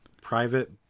private